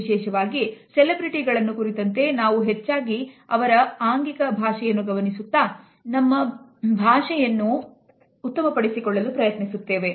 ವಿಶೇಷವಾಗಿ ಸೆಲೆಬ್ರಿಟಿಗಳನ್ನು ಕುರಿತಂತೆ ನಾವು ಹೆಚ್ಚಾಗಿ ಅವರ ಆಂಗಿಕ ಭಾಷೆಯನ್ನು ಗಮನಿಸುತ್ತಾ ನಮ್ಮ ಭಾಷೆಯನ್ನು ಉತ್ತಮಪಡಿಸಿಕೊಳ್ಳಲು ಪ್ರಯತ್ನಿಸುತ್ತೇವೆ